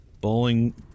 bowling